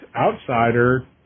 outsider